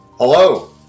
hello